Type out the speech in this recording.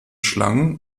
schlangen